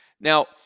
Now